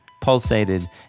pulsated